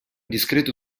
discreto